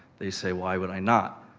they say, why would i not?